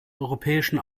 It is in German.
europäischen